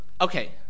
okay